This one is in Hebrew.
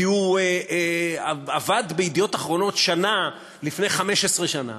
כי הוא עבד ב"ידיעות אחרונות" שנה לפני 15 שנה.